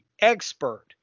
expert